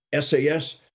SAS